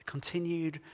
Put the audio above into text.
Continued